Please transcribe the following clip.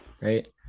right